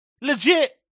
legit